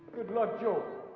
good luck, joe.